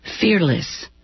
Fearless